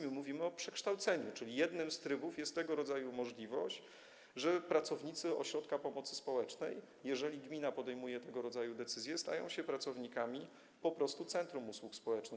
Mówimy o przekształceniu, czyli jednym z trybów jest tego rodzaju możliwość, że pracownicy ośrodka pomocy społecznej, jeżeli gmina podejmuje tego rodzaju decyzje, stają się pracownikami centrum usług społecznych.